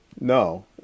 no